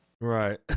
Right